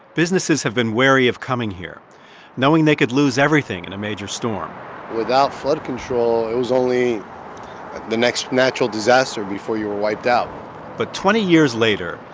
businesses have been wary of coming here knowing they could lose everything in a major storm without flood control, it was only the next natural disaster before you were wiped out but twenty years later,